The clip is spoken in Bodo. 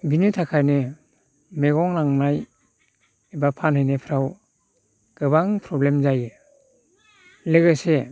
बिनि थाखायनो मैगं लांनाय एबा फानहैनायफ्राव गोबां प्रब्लेम जायो लोगोेसे